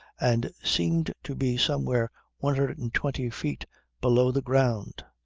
and seemed to be somewhere one hundred and twenty feet below the ground.